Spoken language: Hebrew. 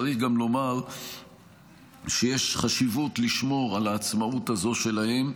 צריך גם לומר שיש חשיבות לשמור על העצמאות הזאת שלהם,